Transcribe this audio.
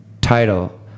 title